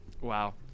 Wow